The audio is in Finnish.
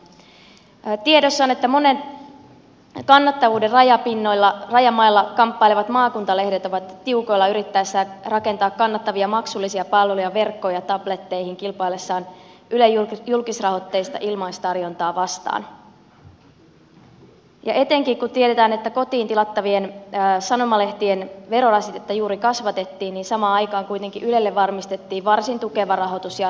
tiedossa on että monet kannattavuuden rajamailla kamppailevat maakuntalehdet ovat tiukoilla yrittäessään rakentaa kannattavia maksullisia palveluja verkkoon ja tabletteihin kilpaillessaan ylen julkisrahoitteista ilmaistarjontaa vas taan etenkin kun tiedetään että kotiin tilattavien sanomalehtien verorasitetta juuri kasvatettiin ja samaan aikaan kuitenkin ylelle varmistettiin varsin tukeva rahoitus jatkossakin